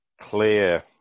clear